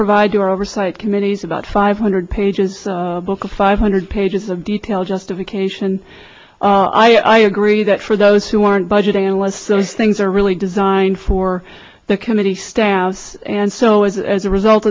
provide to our oversight committees about five hundred pages book of five hundred pages of detail justification i agree that for those who aren't budget analyst so things are really designed for the committee staff and so as a result